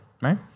right